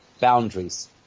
boundaries